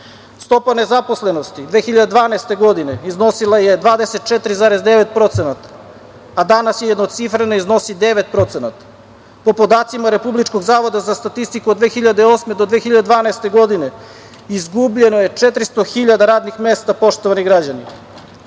7,2%.Stopa nezaposlenosti 2012. godine iznosila je 24,9%, a danas je jednocifrena i iznosi 9%.Po podacima Republičkog zavoda za statistiku, od 2008. do 2012. godine izgubljeno je 400.000 radnih mesta, poštovani građani. Neto